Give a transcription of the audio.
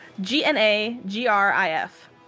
G-N-A-G-R-I-F